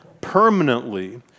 permanently